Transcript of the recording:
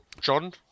John